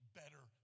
better